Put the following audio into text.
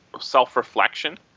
self-reflection